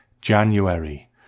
January